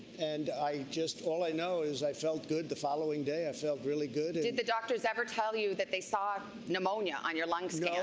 and i just all i know is i felt good the following day. i felt really good. did the doctors ever tell you that they saw pneumonia on your lung scan?